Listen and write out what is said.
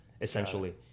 essentially